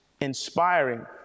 inspiring